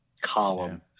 column